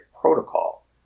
protocol